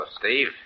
Steve